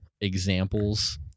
examples